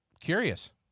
curious